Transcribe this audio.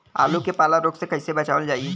आलू के पाला रोग से कईसे बचावल जाई?